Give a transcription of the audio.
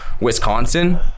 Wisconsin